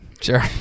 Sure